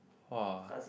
!wah!